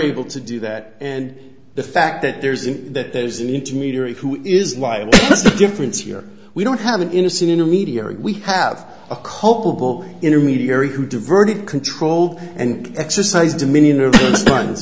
able to do that and the fact that there's in that there's an intermediary who is liable difference here we don't have an innocent intermediary we have a culpable intermediary who diverted control and exercise dominion o